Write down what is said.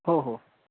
हो हो